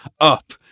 up